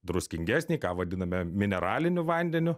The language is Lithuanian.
druskingesnį ką vadiname mineraliniu vandeniu